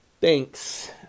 thanks